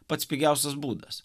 pats pigiausias būdas